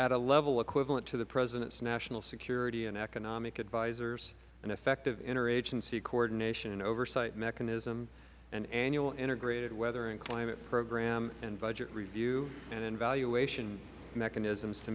at a level equivalent to the president's national security and economic advisors an effective interagency coordination and oversight mechanism an annual integrated weather and climate program and budget review and evaluation mechanisms to